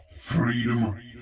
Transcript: Freedom